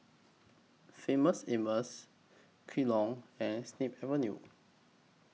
Famous Amos Kellogg's and Snip Avenue